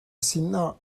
sinah